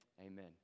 Amen